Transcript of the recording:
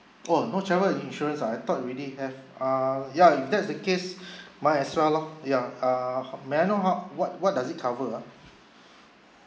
oh no travel insurance ah I thought you already have ah ya if that's the case might as well lah ya uh may I know how what what does it cover ah